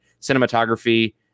cinematography